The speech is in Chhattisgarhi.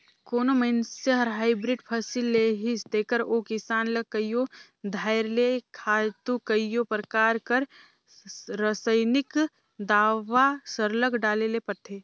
कोनो मइनसे हर हाईब्रिड फसिल लेहिस तेकर ओ किसान ल कइयो धाएर ले खातू कइयो परकार कर रसइनिक दावा सरलग डाले ले परथे